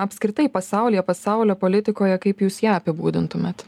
apskritai pasaulyje pasaulio politikoje kaip jūs ją apibūdintumėt